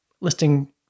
listing